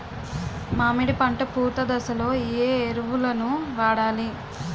మామిడి పంట పూత దశలో ఏ ఎరువులను వాడాలి?